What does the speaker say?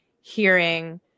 hearing